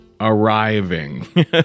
arriving